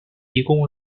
提供